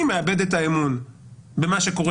אני מאבד את האמון במה שקורה.